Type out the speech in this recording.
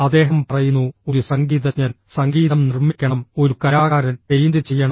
അദ്ദേഹം പറയുന്നു ഒരു സംഗീതജ്ഞൻ സംഗീതം നിർമ്മിക്കണം ഒരു കലാകാരൻ പെയിന്റ് ചെയ്യണം